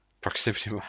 proximity